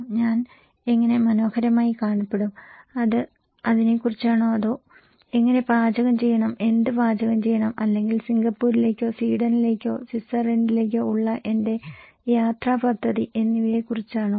ഞാൻ എങ്ങനെ മനോഹരമായി കാണപ്പെടും അത് അതിനെക്കുറിച്ചാണോ അതോ എങ്ങനെ പാചകം ചെയ്യണം എന്ത് പാചകം ചെയ്യണം അല്ലെങ്കിൽ സിംഗപ്പൂരിലേക്കോ സ്വീഡനിലേക്കോ സ്വിറ്റ്സർലൻഡിലേക്കോ ഉള്ള എന്റെ യാത്രാ പദ്ധതി എന്നിവയെക്കുറിച്ചാണോ